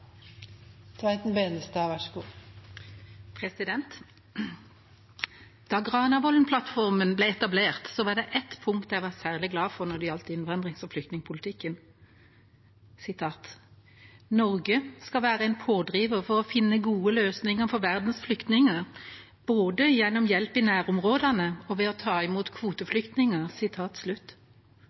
Da Granavolden-plattformen ble etablert, var det ett punkt jeg var særlig glad for når det gjaldt innvandrings- og flyktningpolitikken: «Norge skal være en pådriver for å finne gode løsninger for verdens flyktninger, både gjennom hjelp i nærområdene og ved å ta imot kvoteflyktninger.»